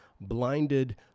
blinded